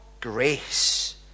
grace